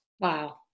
Wow